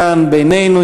כאן בינינו,